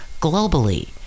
globally